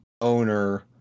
owner